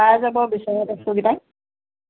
পাই যাব